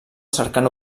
cercant